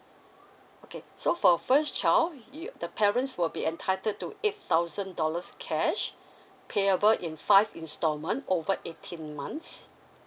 okay so for first child you the parents will be entitled to eight thousand dollars cash payable in five installment over eighteen months